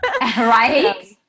Right